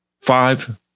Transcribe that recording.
Five